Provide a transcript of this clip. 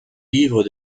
livres